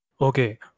Okay